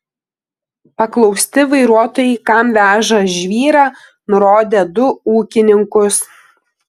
paklausti vairuotojai kam veža žvyrą nurodė du ūkininkus